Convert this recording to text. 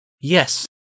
Yes